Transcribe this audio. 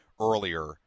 earlier